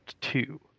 two